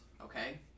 okay